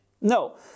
no